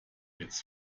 jetzt